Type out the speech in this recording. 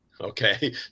okay